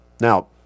Now